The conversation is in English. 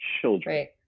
children